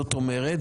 זאת אומרת,